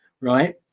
right